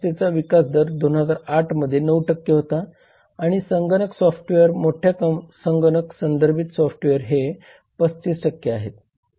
भारत सरकारने 1986 मध्ये ग्राहक संरक्षण कायदा पास केला ज्या अंतर्गत ग्राहकांच्या 6 अधिकारांना मान्यता देण्यात आली आहे